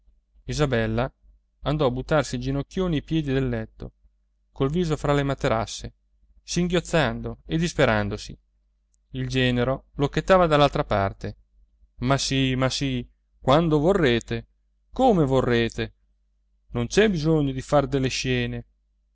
isabella andò a buttarsi ginocchioni ai piedi del letto col viso fra le materasse singhiozzando e disperandosi il genero lo chetava dall'altra parte ma sì ma sì quando vorrete come vorrete non c'è bisogno di far delle scene